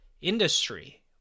industry